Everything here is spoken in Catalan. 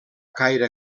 caire